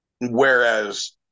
Whereas